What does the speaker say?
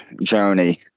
journey